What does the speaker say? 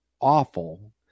awful